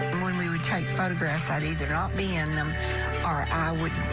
when we would take photographs, i would either not be in them or i would